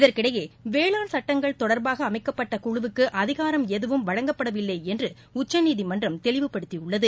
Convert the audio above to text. இதற்கிடையே வேளாண் சட்டங்கள் தொடர்பாக அமக்கப்பட்ட குழுவுக்கு அதிகாரம் எதுவும் வழங்கப்படவில்லை என்று உச்சநீதிமன்றம் தெளிவுப்படுத்தியுள்ளது